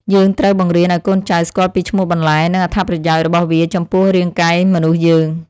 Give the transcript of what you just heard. យើងត្រូវបង្រៀនឱ្យកូនចៅស្គាល់ពីឈ្មោះបន្លែ និងអត្ថប្រយោជន៍របស់វាចំពោះរាងកាយមនុស្សយើង។